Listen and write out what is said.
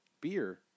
Beer